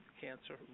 cancer